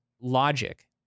logic